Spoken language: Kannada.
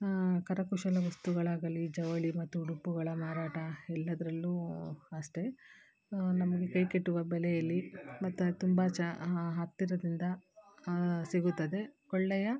ಕರಕುಶಲ ವಸ್ತುಗಳಾಗಲಿ ಜವಳಿ ಮತ್ತು ಉಡುಪುಗಳ ಮಾರಾಟ ಎಲ್ಲದರಲ್ಲೂ ಅಷ್ಟೆ ನಮಗೆ ಕೈಕೆಟುವ ಬೆಲೆಯಲ್ಲಿ ಮತ್ತು ತುಂಬ ಜಾ ಹತ್ತಿರದಿಂದ ಸಿಗುತ್ತದೆ ಒಳ್ಳೆಯ